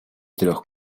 трех